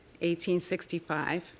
1865